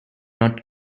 not